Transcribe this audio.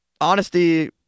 Honesty